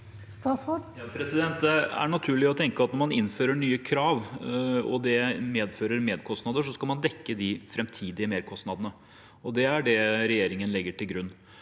Det er natur- lig å tenke at når man innfører nye krav, og det medfører merkostnader, skal man dekke de framtidige merkostnadene, og det er det regjeringen legger til grunn.